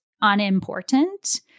unimportant